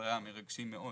בדבריה המרגשים מאוד,